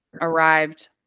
arrived